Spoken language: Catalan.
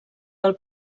del